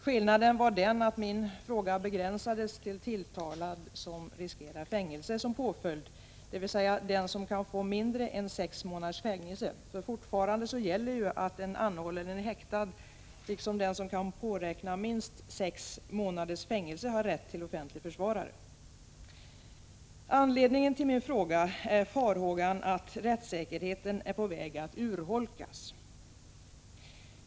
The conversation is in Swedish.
Skillnaden var den att min fråga begränsades till tilltalade som riskerar fängelse som påföljd, dvs. dem som kan få mindre än sex månaders fängelse — fortfarande gäller ju att en anhållen eller häktad, liksom den som kan påräkna minst sex månaders fängelse, har rätt till offentlig försvarare. Anledningen till min fråga är farhågan att rättssäkerheten är på väg att urholkas.